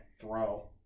throw